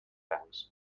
francs